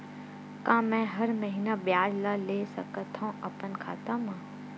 का मैं हर महीना ब्याज ला ले सकथव अपन खाता मा?